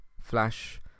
Flash